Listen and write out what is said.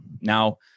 Now